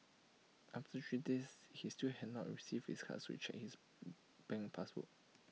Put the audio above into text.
after three days he still had not receive his card so checked his bank pass book